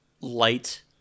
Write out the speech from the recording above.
light